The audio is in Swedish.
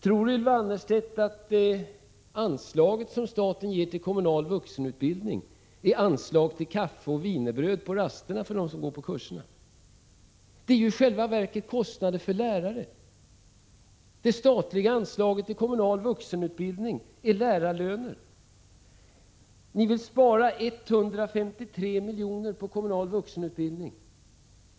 Tror Ylva Annerstedt att anslaget som staten ger till kommunal vuxenutbildning är anslag till kaffe och wienerbröd på rasterna för dem som går på kurserna? Det är ju i själva verket kostnader för lärare! Det statliga anslaget till kommunal vuxenutbildning avser lärarlöner. Ni vill spara 153 milj.kr. på kommunal vuxenutbildning.